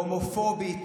הומופובית,